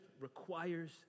requires